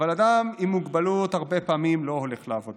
אבל אדם עם מוגבלות הרבה פעמים לא הולך לעבודה.